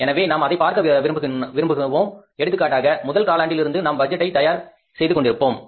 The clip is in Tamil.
எனவே நாம் அதைப் பார்க்க விரும்புவோம் எடுத்துக்காட்டாக முதல் காலாண்டில் இருந்து நாம் பட்ஜெட்டை தயார் செய்து கொண்டிருப்போம்